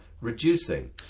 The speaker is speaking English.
reducing